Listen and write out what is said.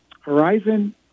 Horizon